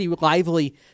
lively